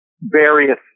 various